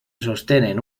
sostenen